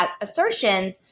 assertions